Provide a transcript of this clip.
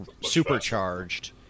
supercharged